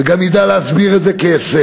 וגם ידע להסביר את זה כהישג.